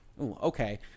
okay